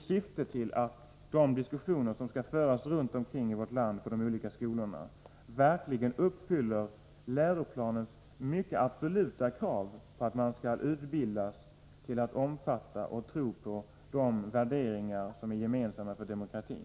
Syftet bör vara att de diskussioner som förs runt om i vårt land på de olika skolorna verkligen skall uppfylla läroplanens absoluta krav på att man skall utbildas till att tro på de värderingar som är gemensamma för demokratin.